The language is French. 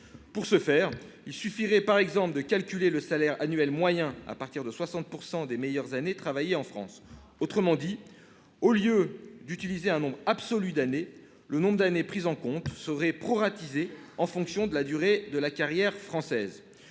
À cette fin, il suffirait par exemple de calculer le salaire annuel moyen sur la base de 60 % des « meilleures » années travaillées en France. En d'autres termes, au lieu d'utiliser un nombre absolu d'années, le nombre d'années prises en compte serait proratisé en fonction de la durée de la carrière française.